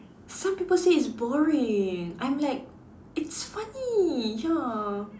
some people say it's boring I'm like it's funny ya